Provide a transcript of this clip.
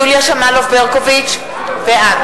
יוליה שמאלוב-ברקוביץ, בעד